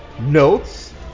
notes